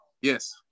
Yes